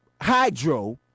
hydro